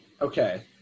okay